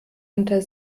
unter